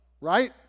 right